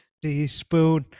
teaspoon